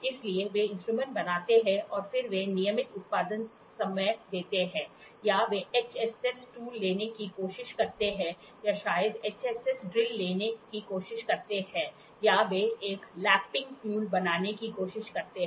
इसलिए वे इंस्ट्रूमेंट बनाते हैं और फिर वे नियमित उत्पादन समय देते हैं या वे HSS टूल लेने की कोशिश करते हैं या शायद HSS ड्रिल लेने की कोशिश करते हैं या वे एक लैपिंग टूल बनाने की कोशिश करते हैं